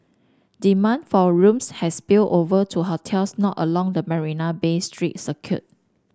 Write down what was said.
demand for rooms has spilled over to hotels not along the Marina Bay street circuit